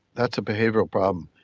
that's a behavioural problem.